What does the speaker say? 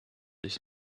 this